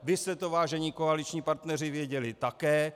Vy jste to, vážení koaliční partneři, věděli také.